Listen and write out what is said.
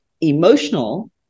emotional